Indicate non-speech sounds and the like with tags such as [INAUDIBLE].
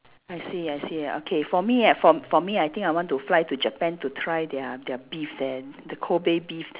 I see I see okay for me I for for me I think I want to fly to Japan to try their their beef there the Kobe beef [BREATH]